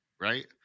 Right